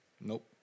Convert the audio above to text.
Nope